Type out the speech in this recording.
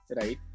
right